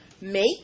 make